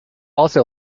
also